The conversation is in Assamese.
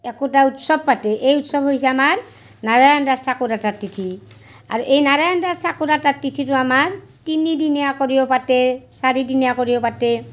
একোটা উৎসৱ পাতে এই উৎসৱ হৈছে আমাৰ নাৰায়ন দাস ঠাকুৰ আতাৰ তিথি আৰু নাৰায়ন দাস ঠাকুৰ আতাৰ তিথিটো আমাৰ তিনিদিনীয়া কৰিও পাতে চাৰি দিনীয়া কৰিও পাতে